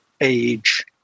age